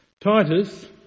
Titus